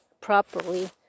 properly